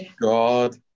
God